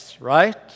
right